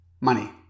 Money